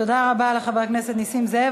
תודה רבה לחבר הכנסת נסים זאב.